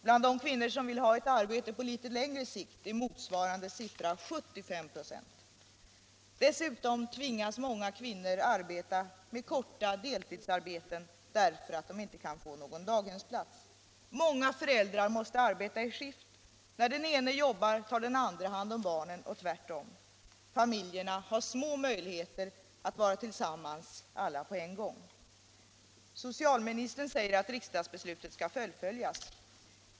Bland de kvinnor som vill ha arbete på litet längre sikt är motsvarande siffra 75 96. Dessutom tvingas många kvinnor ta korta deltidsarbeten därför att de inte kan få daghems eller fritidshemsplats. Många föräldrar måste arbeta i skift. När den ena jobbar tar den andra hand om barnen och tvärtom. Familjerna har små möjligheter att vara tillsammans alla på en gång. Socialministern säger att riksdagsbeslutet skall fullföljas.